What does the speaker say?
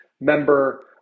member